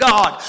God